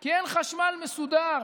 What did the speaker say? כי אין חשמל מסודר